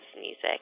music